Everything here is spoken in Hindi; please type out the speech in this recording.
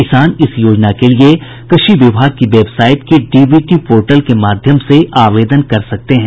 किसान इस योजना के लिए कृषि विभाग की वेबसाईट के डीबीटी पोर्टल के माध्यम से आवेदन कर सकते हैं